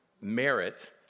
merit